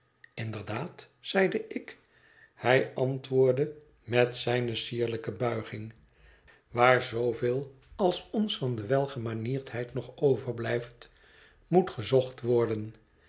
inderdaad zeide ik hij antwoordde met zijne sierlijke buiging waar zooveel als ons van de welgemanierdheid nog overblijft moet gezocht worden